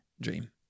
dream